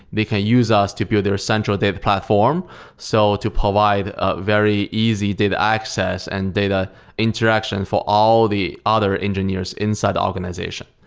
they can use us to build their central data platform so to provide ah very easy data access and data interaction for all the other engineers inside the organization.